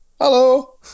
Hello